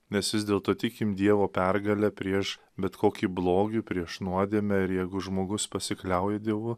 nes vis dėlto tikim dievo pergale prieš bet kokį blogį prieš nuodėmę jeigu žmogus pasikliauja dievu